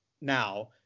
now